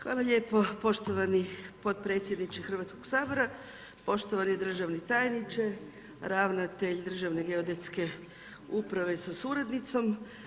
Hvala lijepo poštovani potpredsjedniče Hrvatskog sabora, poštovani državni tajniče, ravnatelj Državne geodetske uprave sa suradnicom.